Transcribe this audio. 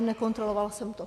Nekontrolovala jsem to.